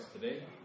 today